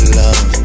love